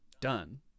Done